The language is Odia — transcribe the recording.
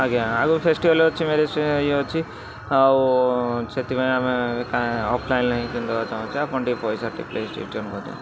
ଆଜ୍ଞା ଆଗକୁ ଫେଷ୍ଟିଭାଲ ଅଛି ମ୍ୟାରେଜ୍ ଇଏ ଅଛି ଆଉ ସେଥିପାଇଁ ଆମେ ଅଫ୍ଲାଇନ୍ କିଣି ଦବାକୁ ଚାହୁଁଛୁ ଆପଣ ଟିକେ ପଇସା